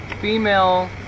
female